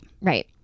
right